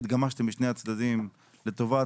התגמשתם משני הצדדים לטובת,